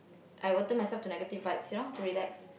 I will turn myself to negative vibes you know to relax